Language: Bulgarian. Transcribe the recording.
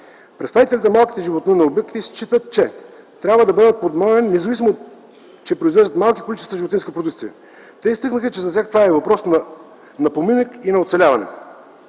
Представителите на малките животновъдни обекти считат, че трябва да бъдат подпомагани, независимо че произвеждат малки количества животинска продукция. Те изтъкнаха, че за тях това е въпрос на поминък и оцеляване.